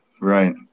right